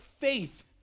faith